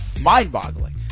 mind-boggling